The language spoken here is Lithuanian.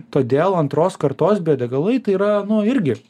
todėl antros kartos biodegalai tai yra nu irgi